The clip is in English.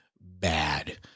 bad